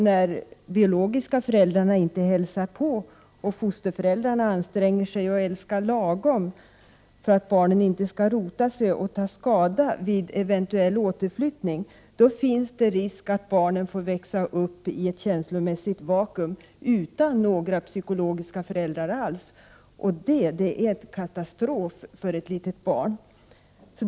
När biologiska föräldrar inte hälsar på och fosterföräldrar anstränger sig att älska ”lagom” för att barnet inte skall rota sig och ta skada vid en eventuell återflyttning, föreligger det risk för att barnet får växa upp i ett känslomässigt vakuum utan några psykologiska föräldrar alls. Det är en katastrof för ett litet barn!